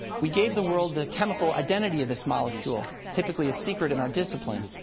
we gave the world the chemical identity of this molecule, typically a secret in our discipline.